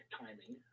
timing